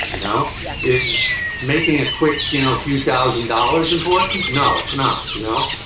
you know? yes. is making a quick, you know, few thousand dollars important? no, it's not. you know?